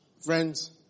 Friends